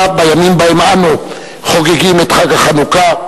בימים שבהם אנו חוגגים את חג החנוכה,